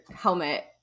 helmet